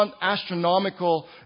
astronomical